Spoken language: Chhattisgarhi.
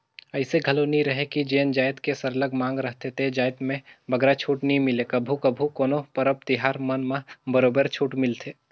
अइसे घलो नी रहें कि जेन जाएत के सरलग मांग रहथे ते जाएत में बगरा छूट नी मिले कभू कभू कोनो परब तिहार मन म बरोबर छूट मिलथे